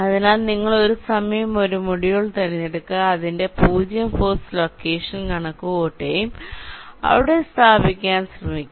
അതിനാൽ നിങ്ങൾ ഒരു സമയം ഒരു മൊഡ്യൂൾ തിരഞ്ഞെടുക്കുക അതിന്റെ 0 ഫോഴ്സ് ലൊക്കേഷൻ കണക്കുകൂട്ടുകയും അവിടെ സ്ഥാപിക്കാൻ ശ്രമിക്കുക